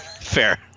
fair